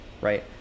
right